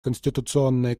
конституционная